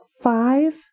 five